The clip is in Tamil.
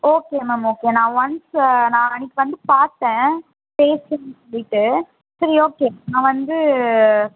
ஓகே மேம் ஓகே நான் ஒன்ஸு நான் அன்றைக்கு வந்து பார்த்தேன் பேசணும்னு சொல்லிட்டு சரி ஓகே நான் வந்து